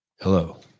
Hello